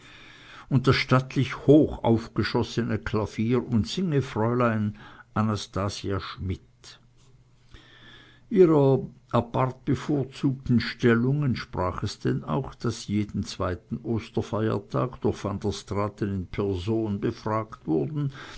und das stattlich hochaufgeschossene klavier und singefräulein anastasia schmidt ihrer apart bevorzugten stellung entsprach es denn auch daß sie jeden zweiten osterfeiertag durch van der straaten in person befragt wurden